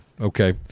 Okay